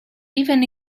even